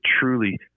truly